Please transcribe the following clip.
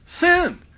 sin